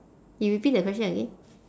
you repeat the question again